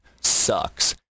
sucks